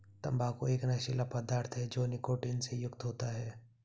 तंबाकू एक नशीला पदार्थ है जो निकोटीन से युक्त होता है